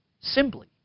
simply